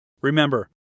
Remember